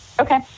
Okay